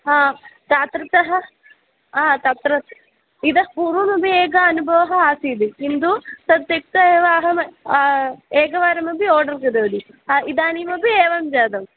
हा तत्रतः तत्र इतः पूर्वमपि एक अनुभवः आसीद् किन्तु तत् त्यक्त्वा एव अहम् एकवारमपि आर्डर् कृतवती इदानीमपि एवं जातम्